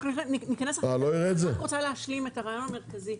אני רק רוצה להשלים את הרעיון המרכזי.